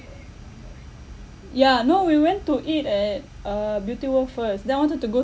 ya no we went to eat at uh beauty world first then I wanted to go